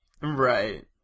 Right